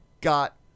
got